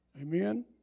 Amen